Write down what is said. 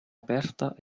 aperta